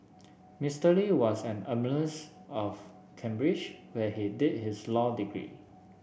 Mister Lee was an alumnus of Cambridge where he did his law degree